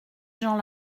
gens